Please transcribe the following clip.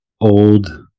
old